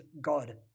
God